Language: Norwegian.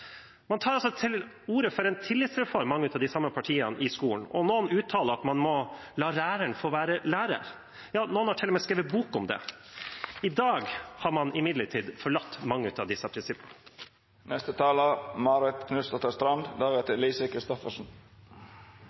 man må la læreren få være lærer – ja, noen har til og med skrevet bok om det. I dag har man imidlertid forlatt mange av disse prinsippene.